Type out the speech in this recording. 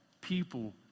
people